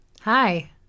Hi